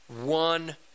one